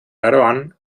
aroan